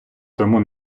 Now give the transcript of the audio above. тому